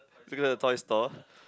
look at the toy store